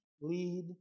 lead